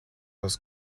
was